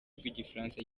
rw’igifaransa